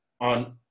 on